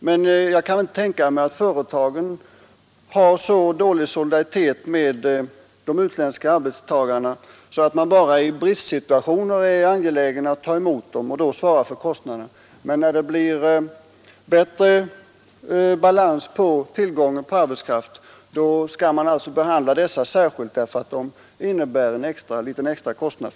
Men jag kan inte tänka mig att företagen har så dålig solidaritet med de utländska arbetstagarna att man bara i bristsituationer är angelägen att ta emot dem och då svarar för kostnaderna men när det blir bättre balans i tillgången på arbetskraft behandlar dessa särskilt därför att de innebär en liten extrakostnad.